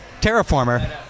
terraformer